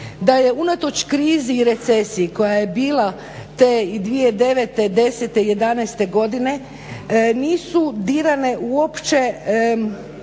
da je unatoč krizi i recesiji koja je bila te 2009., 2010., 2011. godine nisu dirane uopće